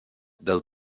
del